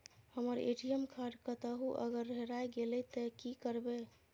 हमर ATM card कतहो अगर हेराय गले ते की करबे?